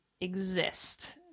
exist